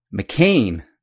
McCain